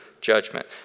judgment